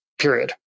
period